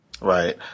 Right